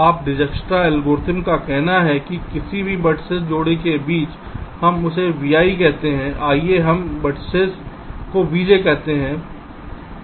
अब दिक्जस्ट्रा के एल्गोरिदम का कहना है कि किसी भी वेर्तिसेस जोड़े के बीच हम इसे vi कहते हैं आइए इस वेर्तिसेस को vj कहते हैं